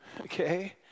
Okay